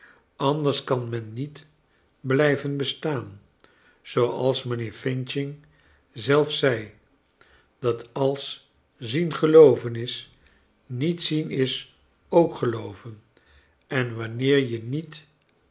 anders kan men niet blijven bestaan zooals mijnheer f zelf zei dat als zien gelooven is niet zien is ook gelooven en wanneer je niet